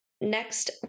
Next